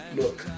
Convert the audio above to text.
look